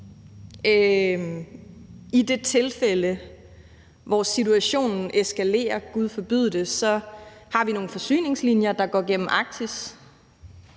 I det tilfælde, hvor situationen eskalerer – gud forbyde det – har vi nogle forsyningslinjer, der går igennem Arktis